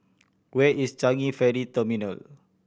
where is Changi Ferry Terminal